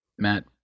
Matt